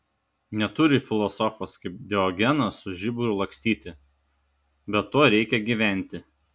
neturi filosofas kaip diogenas su žiburiu lakstyti bet tuo reikia gyventi